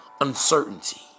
uncertainty